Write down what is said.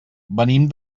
venim